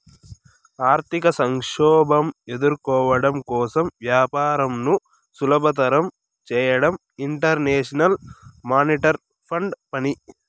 ఆర్థిక సంక్షోభం ఎదుర్కోవడం కోసం వ్యాపారంను సులభతరం చేయడం ఇంటర్నేషనల్ మానిటరీ ఫండ్ పని